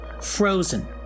frozen